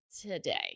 today